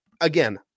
again